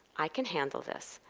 i can handle this.